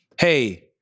Hey